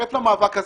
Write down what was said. להצטרף למאבק הזה,